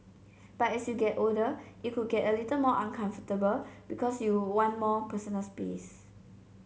but as you get older it could get a little more uncomfortable because you one more personal space